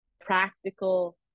practical